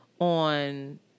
on